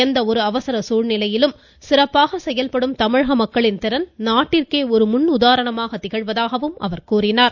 எந்த ஒரு அவசர சூழ்நிலையிலும் சிறப்பாக செயல்படும் தமிழக மக்களின் திறன் நாட்டிற்கே ஒரு முன் உதாரணமாக திகழ்வதாக கூறினார்